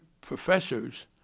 professors